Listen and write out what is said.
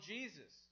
Jesus